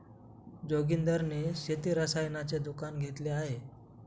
जोगिंदर ने शेती रसायनाचे दुकान घेतले आहे